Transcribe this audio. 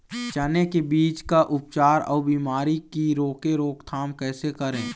चने की बीज का उपचार अउ बीमारी की रोके रोकथाम कैसे करें?